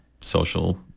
social